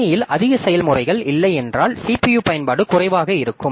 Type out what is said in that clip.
கணினியில் அதிக செயல்முறைகள் இல்லை என்றால் CPU பயன்பாடு குறைவாக இருக்கும்